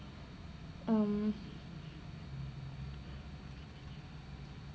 um